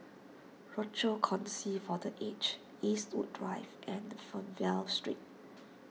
Rochor Kongsi for the Aged Eastwood Drive and Fernvale Street